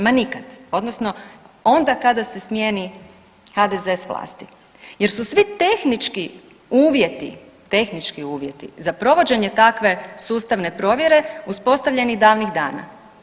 Ma nikad odnosno onda kada se smjeni HDZ s vlasti jer su svi tehnički uvjeti, tehnički uvjeti za provođenje takve sustavne provjere uspostavljeni davnih dana.